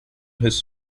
his